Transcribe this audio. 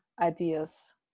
ideas